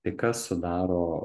tai kas sudaro